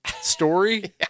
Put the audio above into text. story